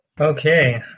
Okay